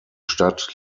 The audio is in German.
stadt